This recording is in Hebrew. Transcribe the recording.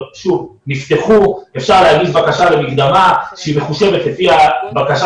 נפתחו ואפשר להגיש בקשה למקדמה שהיא מחושבת לפי הבקשה